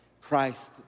Christ